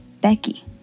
Becky